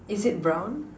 is it brown